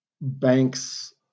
Banks